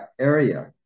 area